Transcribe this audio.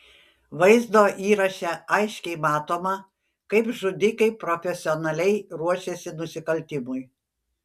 vaizdo įraše aiškiai matoma kaip žudikai profesionaliai ruošiasi nusikaltimui